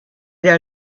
their